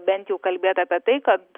bent jau kalbėta apie tai kad